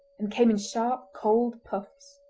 and came in sharp, cold puffs.